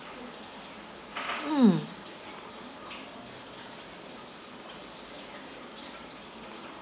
mm